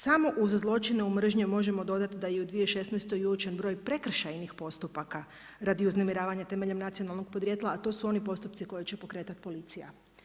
Samo u zločine u mržnji možemo dodati da je u 2016. uočen broj prekršajnih postupaka radi uznemiravanja temeljem nacionalnog podrijetla, a to su oni postupci koje će pokretat policija.